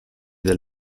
del